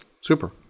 super